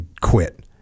quit